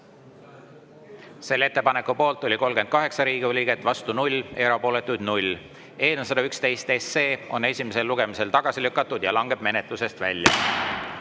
Selle ettepaneku poolt oli 38 Riigikogu liiget, vastu [20], erapooletuid 0. Eelnõu 111 on esimesel lugemisel tagasi lükatud ja langeb menetlusest välja.